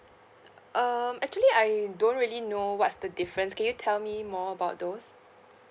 uh uh um actually I don't really know what's the difference can you tell me more about those